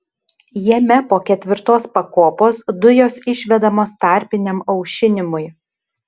jame po ketvirtos pakopos dujos išvedamos tarpiniam aušinimui